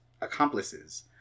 accomplices